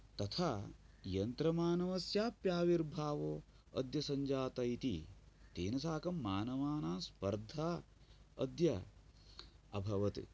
तथा यन्त्रमानवस्याप्याविर्भावो अद्य सञ्जात इति तेन साकं मानवानां स्पर्धा अभवत्